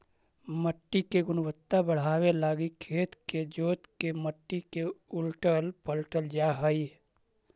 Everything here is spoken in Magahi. मट्टी के गुणवत्ता बढ़ाबे लागी खेत के जोत के मट्टी के उलटल पलटल जा हई